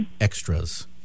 extras